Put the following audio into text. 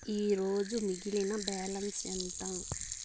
ఈరోజు మిగిలిన బ్యాలెన్స్ ఎంత?